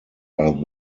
are